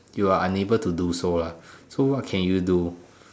you are unable to do so lah so what can you do